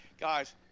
guys